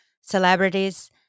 celebrities